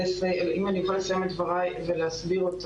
אם אני אוכל לסיים את דבריי ולהסביר אותם.